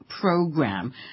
program